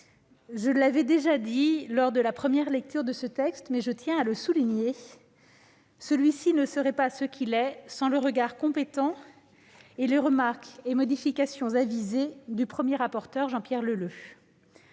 Je l'avais déjà souligné lors de la première lecture de ce texte, mais je tiens à le faire une nouvelle fois : il ne serait pas ce qu'il est sans le regard compétent, les remarques et les modifications avisées de son premier rapporteur, Jean-Pierre Leleux.